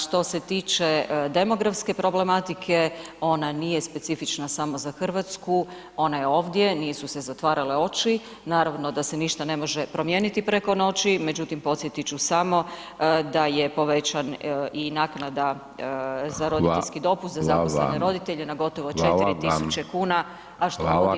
Što se tiče demografske problematike, ona nije specifična samo za Hrvatsku, ona je ovdje, nisu se zatvarale oči, naravno da se ništa ne može promijeniti preko noći, međutim podsjetit ću samo da je povećana i naknada za roditeljski dopust za zaposlene roditelje na gotovo 4000 kuna a što godinama nije mijenjano.